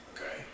Okay